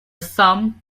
some